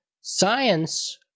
science